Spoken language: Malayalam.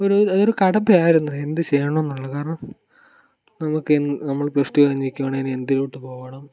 ഒരു അത് ഒരു കടമ്പയായിരുന്നു എന്ത് ചെയ്യണം എന്നുള്ളത് കാരണം നമുക്ക് എന്ത് നമ്മൾ പ്ലസ് ടു കഴിഞ്ഞ് നിൽക്കുവാണെങ്കിൽ ഇനി എന്തിലോട്ട് പോകണം